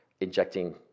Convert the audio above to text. injecting